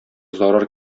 зарар